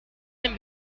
ein